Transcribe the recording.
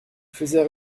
faisais